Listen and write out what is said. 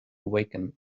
awaken